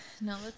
No